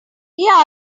yeah